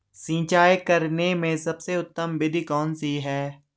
सिंचाई करने में सबसे उत्तम विधि कौन सी है?